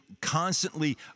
constantly